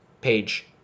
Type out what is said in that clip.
page